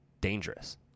dangerous